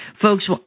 folks